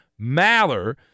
maller